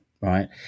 right